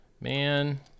Man